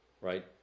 right